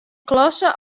klasse